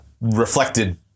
reflected